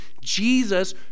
Jesus